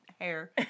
hair